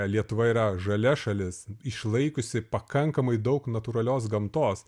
lietuva yra žalia šalis išlaikiusi pakankamai daug natūralios gamtos